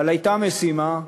אבל הייתה משימה,